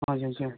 हजुर ज्यू